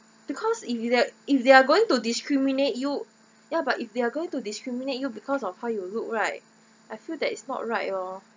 because if they if they're going to discriminate you ya but if they're going to discriminate you because of how you look right I feel that is not right lor